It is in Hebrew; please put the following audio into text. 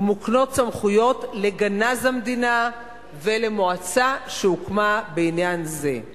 ומוקנות סמכויות לגנז המדינה ולמועצה שהוקמה בעניין זה.